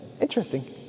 Interesting